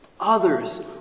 Others